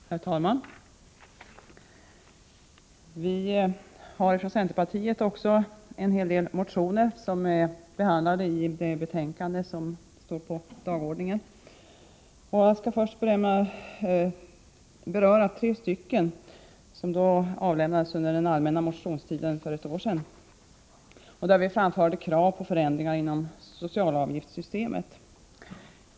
Herr talman! Vi har också från centerpartiet en hel del motioner som behandlas i det betänkande som nu är aktuellt. Jag vill först beröra tre motioner som avlämnades under allmänna motionstiden för ett år sedan och där vi framfört krav på förändringar inom socialavgiftssystemet.